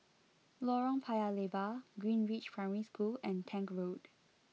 Lorong Paya Lebar Greenridge Primary School and Tank Road